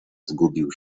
zgubił